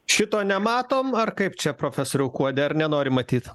šito nematom ar kaip čia profesoriau kuodi ar nenorim matyt